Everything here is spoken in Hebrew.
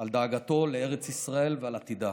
על דאגתו לארץ ישראל ועל עתידה.